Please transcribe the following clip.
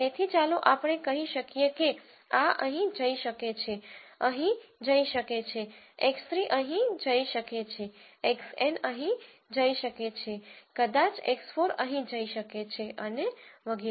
તેથી ચાલો આપણે કહી શકીએ કે આ અહીં જઈ શકે છે અહીં જઈ શકે છે x3 અહીં જઈ શકે છે xN અહીં જઈ શકે છે કદાચ x4 અહીં જઈ શકે છે અને વગેરે